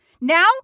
Now